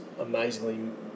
amazingly